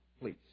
please